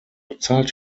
bezahlt